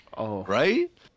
right